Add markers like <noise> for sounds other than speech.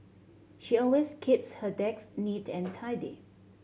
she always keeps her <unintelligible> neat and tidy